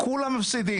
כולם מפסידים.